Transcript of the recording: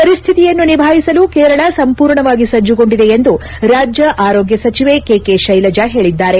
ಪರಿಸ್ತಿತಿಯನ್ನು ನಿಭಾಯಿಸಲು ಕೇರಳ ಸಂಪೂರ್ಣವಾಗಿ ಸಜ್ಲಗೊಂಡಿದೆ ಎಂದು ರಾಜ್ಲ ಆರೋಗ್ಲ ಸಚಿವೆ ಕೆ ಕೆ ಶೈಲಜಾ ಹೇಳಿದ್ದಾರೆ